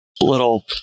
little